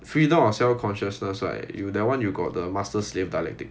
freedom of self consciousness right you that one you got the master slave dialectic